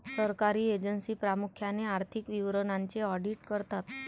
सरकारी एजन्सी प्रामुख्याने आर्थिक विवरणांचे ऑडिट करतात